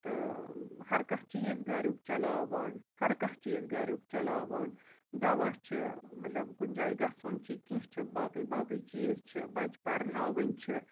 تہٕ ہَرٕ کانٛہہ چیٖز گُریُک چَلاوان ہَرٕ کانٛہہ چیٖز گُریُک چَلاوان دَوا چھِ مطلب کُنۍ جاے گژھُن چھِ کیٚنٛہہ چھِ باقٕے باقٕے چیٖز چھِ بَچہٕ پَرناوٕنۍ چھِ